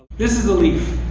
this is a leaf.